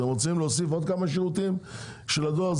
אתם רוצים להוסיף עוד כמה שירותים של הדואר,